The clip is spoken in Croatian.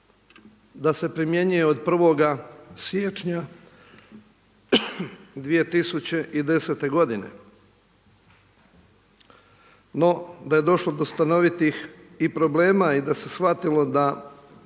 da se primjenjuje od 1. siječnja 2010. godine no da je došlo do stanovitih i problema i da se shvatilo da